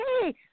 hey